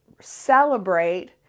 celebrate